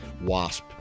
wasp